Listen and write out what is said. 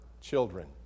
children